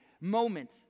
moment